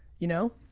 you know?